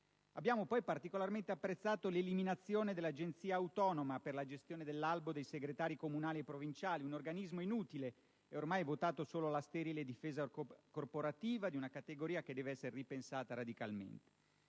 Abbiamo poi particolarmente apprezzato l'eliminazione dell'Agenzia autonoma per la gestione dell'albo dei segretari comunali e provinciali: si tratta di un organismo inutile e ormai votato solo alla sterile difesa corporativa di una categoria che deve essere ripensata radicalmente.